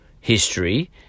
history